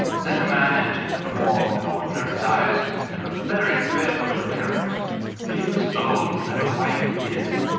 then a man entered, of more than ordinary size and of a very fearful appearance but he was old and had a white beard.